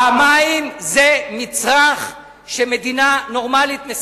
באיזה מידה תעמוד בזה?